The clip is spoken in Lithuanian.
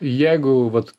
jeigu vat